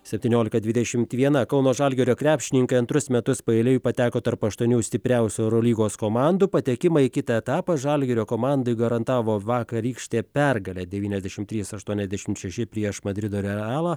septyniolika dvidešimt viena kauno žalgirio krepšininkai antrus metus paeiliui pateko tarp aštuonių stipriausių eurolygos komandų patekimą į kitą etapą žalgirio komandai garantavo vakarykštė pergalė devyniasdešim trys aštuoniasdešitm šeši prieš madrido realą